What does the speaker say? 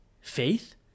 Faith